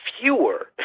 fewer